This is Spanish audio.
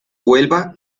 huelva